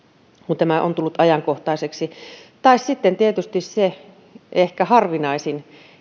kun tämä on tullut ajankohtaiseksi tai sitten tietysti voi olla se ehkä harvinaisin